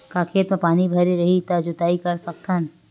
का खेत म पानी भरे रही त जोताई कर सकत हन?